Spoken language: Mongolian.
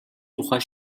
тухай